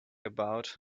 about